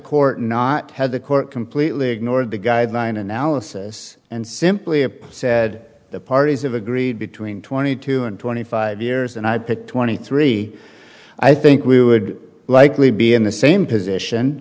court not had the court completely ignored the guideline analysis and simply of said the parties have agreed between twenty two and twenty five years and i picked twenty three i think we would likely be in the same position